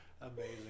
Amazing